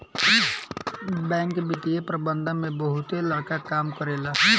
bank वित्तीय प्रबंधन में बहुते बड़का काम करेला